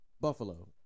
Buffalo